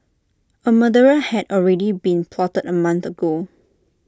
A murder had already been plotted A month ago